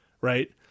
right